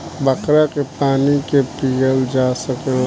बरखा के पानी के पिअल जा सकेला